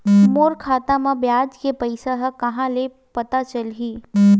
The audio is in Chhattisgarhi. मोर खाता म ब्याज के पईसा ह कहां ले पता चलही?